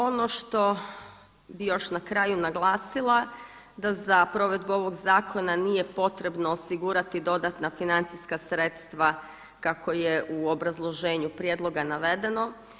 Ono što bih još na kraju naglasila da za provedbu ovog zakona nije potrebno osigurati dodatna financijska sredstva kako je u obrazloženju prijedloga navedeno.